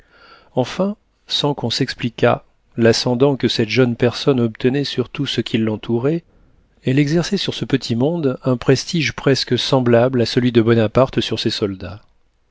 enfin sans qu'on s'expliquât l'ascendant que cette jeune personne obtenait sur tout ce qui l'entourait elle exerçait sur ce petit monde un prestige presque semblable à celui de bonaparte sur ses soldats